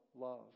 love